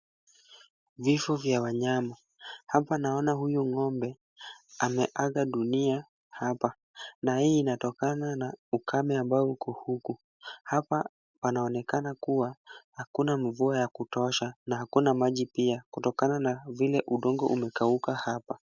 Vifo vya wanyama. Hapa naona huyu ng'ombe ameaga dunia hapa na hii inatokana na ukame ambao uko huku. Hapa panaonekana kuwa hakuna mvua ya kutosha na hakuna maji pia kutokana na vile udongo umekauka hapa.